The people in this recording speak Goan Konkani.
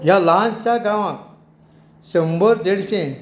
ह्या ल्हानशा गांवांत शंबर देडशे